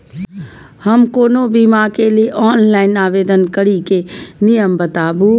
हम कोनो बीमा के लिए ऑनलाइन आवेदन करीके नियम बाताबू?